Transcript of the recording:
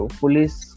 police